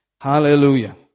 Hallelujah